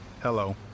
Hello